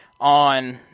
on